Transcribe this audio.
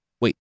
wait